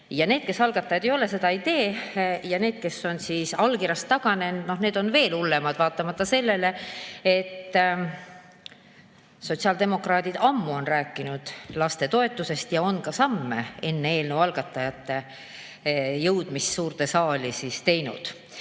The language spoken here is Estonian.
aga need, kes algatajad ei ole, seda ei tee. Ja need, kes on allkirjast taganenud, no need on veel hullemad, vaatamata sellele, et sotsiaaldemokraadid on ammu rääkinud lastetoetusest ja on ka samme enne eelnõu algatajate jõudmist suurde saali teinud.